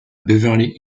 beverly